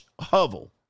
hovel